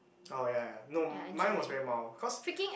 oh ya ya no mine was very mild cause